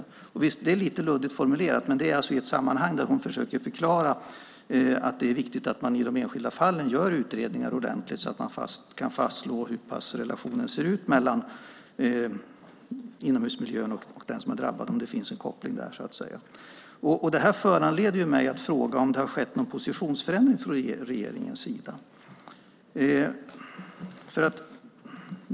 Det är lite luddigt formulerat, men det är alltså sagt i ett sammanhang där hon försöker förklara att det är viktigt att man i de enskilda fallen gör utredningar ordentligt så att man kan fastslå om det finns någon koppling mellan inomhusmiljön och den som har drabbats. Detta föranleder mig att fråga om det har skett någon positionsförändring från regeringens sida.